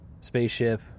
spaceship